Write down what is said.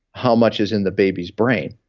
how much is in the baby's brain.